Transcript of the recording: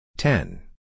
Ten